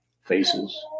faces